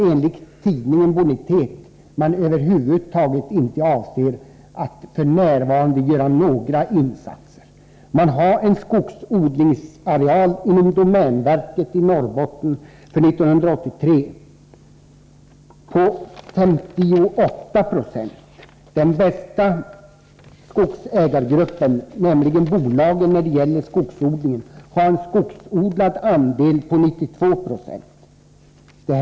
Enligt tidningen Bonitet avser man f.n. inte att göra några insatser över huvud taget där. Andelen skogsodlingsareal uppgick för domänverkets skogsinnehav i Norrbotten år 1983 till 58 26. Den bästa skogsägargruppen när det gäller skogsodling, nämligen bolagen, har en skogsodlad andel på 92 96.